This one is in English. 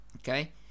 okay